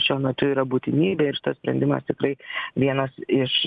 šiuo metu yra būtinybė ir šitas sprendimas tikrai vienas iš